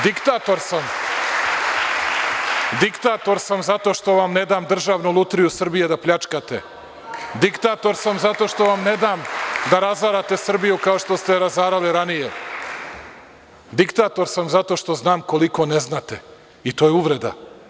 Diktator sam zato što vam ne dam Državnu lutriju Srbije da pljačkate, diktator sam zato što vam ne dam da razarate Srbiju kao što ste je razarali ranije, diktator sam zato što znam koliko ne znate, i to je uvreda.